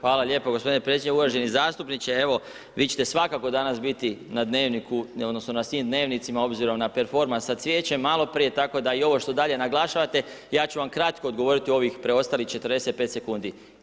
Hvala lijepo gospodine predsjedniče, uvaženi zastupniče, evo, vi ćete svakako danas biti na dnevniku, odnosno, na svim dnevnicima, obzirom na performans s cvijećem, maloprije, tako, da i ovo što dalje naglašavate, ja ću vam kratko odgovoriti u ovih preostalih 45 sec.